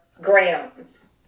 grams